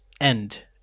end